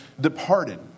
departed